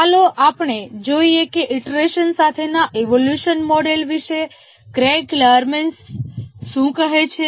ચાલો જોઈએ કે ઇટરેશન સાથેના ઇવોલ્યુશન મોડેલ વિશે ક્રેગ લારમેન શું કહે છે